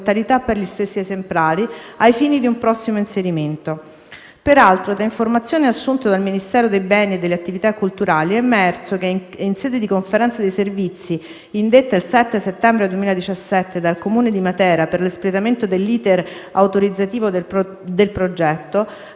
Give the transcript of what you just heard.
per gli stessi esemplari, ai fini di un prossimo inserimento. Peraltro, da informazioni assunte dal Ministero per i beni e le attività culturali, è emerso che in sede di conferenza di servizi indetta il 7 settembre 2017 dal Comune di Matera per l'espletamento dell'*iter* autorizzativo del progetto, la